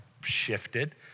shifted